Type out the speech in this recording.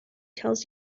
tells